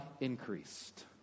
increased